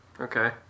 Okay